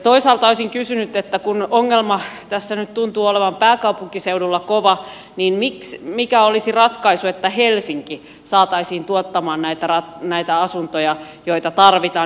toisaalta olisin kysynyt että kun ongelma tässä nyt tuntuu olevan pääkaupunkiseudulla kova niin mikä olisi ratkaisu jotta helsinki saataisiin tuottamaan näitä asuntoja joita tarvitaan